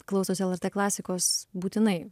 klausosi lrt klasikos būtinai